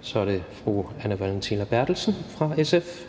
Så er det fru Anne Valentina Berthelsen fra SF.